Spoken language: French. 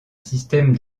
système